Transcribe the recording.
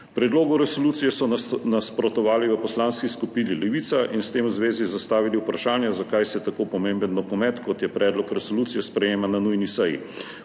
Predlogu resolucije so nasprotovali v Poslanski skupini Levica in s tem v zvezi zastavili vprašanje, zakaj se tako pomemben dokument, kot je predlog resolucije, sprejema na nujni seji.